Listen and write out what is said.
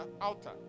Outer